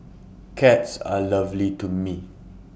cats are lovely to me